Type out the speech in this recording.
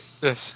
Yes